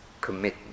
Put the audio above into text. commitment